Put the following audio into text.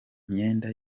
myenda